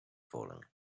falling